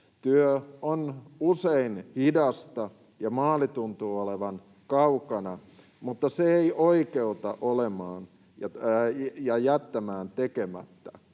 Työ on usein hidasta, ja maali tuntuu olevan kaukana, mutta se ei oikeuta jättämään tekemättä